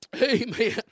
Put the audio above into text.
Amen